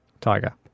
tiger